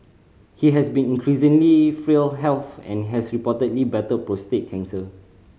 he has been increasingly frail health and has reportedly battled prostate cancer